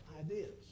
ideas